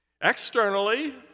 Externally